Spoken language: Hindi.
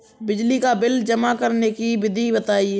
बिजली का बिल जमा करने की विधि बताइए?